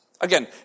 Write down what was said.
Again